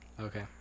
Okay